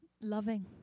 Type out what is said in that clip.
loving